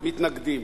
מתנגדים.